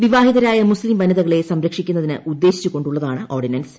വിവാഹിതരായ മുസ്ലീം വനിതകളെ സംരക്ഷിക്കുന്നതിന് ഉദ്ദേശിച്ചു കൊണ്ടുള്ളതാണ് ഓർഡിനൻസ്